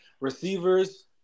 receivers